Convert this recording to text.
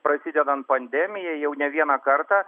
prasidedant pandemijai jau ne vieną kartą